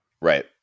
right